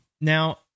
Now